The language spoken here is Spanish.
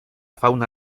fauna